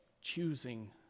choosing